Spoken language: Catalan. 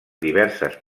diverses